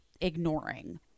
ignoring